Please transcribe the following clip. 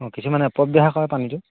অঁ কিছুমানে অপব্যৱহাৰ কৰে পানীটো